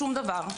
שום דבר.